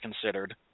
considered